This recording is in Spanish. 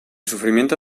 sufrimiento